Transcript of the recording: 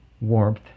warmth